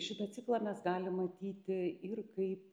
šitą ciklą mes galim matyti ir kaip